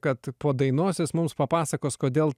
kad po dainos jis mums papasakos kodėl